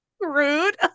Rude